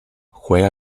juega